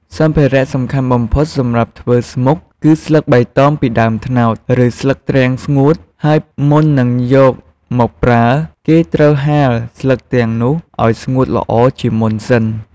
សម្ភារៈសំខាន់បំផុតសម្រាប់ធ្វើស្មុគគឺស្លឹកបៃតងពីដើមត្នោត ឬស្លឹកទ្រាំងស្ងួត ហើយមុននឹងយកមកប្រើគេត្រូវហាលស្លឹកទាំងនោះឲ្យស្ងួតល្អជាមុនសិន។